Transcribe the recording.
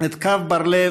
את קו בר-לב,